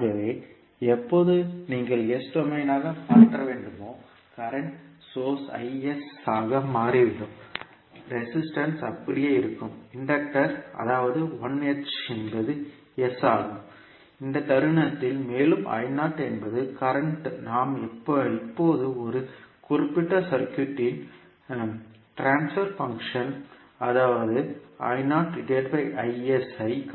ஆகவே எப்போது நீங்கள் S டொமைனாக மாற்ற வேண்டுமோ கரண்ட் சோர்ஸ் ஆக மாறிவிடும் ரெசிஸ்டன்ஸ் அப்படியே இருக்கும் இண்டக்டர் அதாவது 1H என்பது S ஆகும் இந்தத் தருணத்தில் மேலும் என்பது கரண்ட் நாம் இப்போது ஒரு குறிப்பிட்ட சர்க்யூட் இன் டிரான்ஸ்பர் பங்க்ஷன் அதாவது ஐ